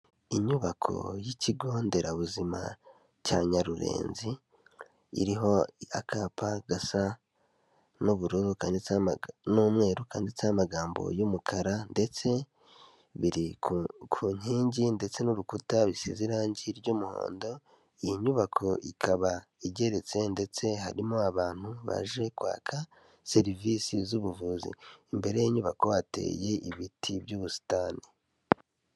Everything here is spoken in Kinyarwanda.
Inyubako y'ikigo nderabuzima cya Nyarurenzi iriho akapa gasa n'ubururu n'umweru kanditse n'amagambo y'umukara, ndetse biri ku nkingi ndetse n'urukuta bisize irangi ry'umuhondo, iyi nyubako ikaba igeretse ndetse harimo abantu baje kwaka serivisi z'ubuvuzi. Imbere y'inyubako hateye ibiti by'ubusitani.